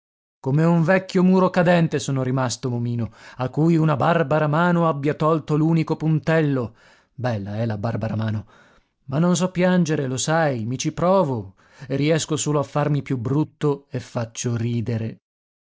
come un vecchio muro cadente sono rimasto momino a cui una barbara mano abbia tolto l'unico puntello bella eh la barbara mano ma non so piangere lo sai i ci provo e riesco solo a farmi più brutto e faccio ridere